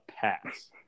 pass